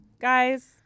Guys